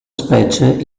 specie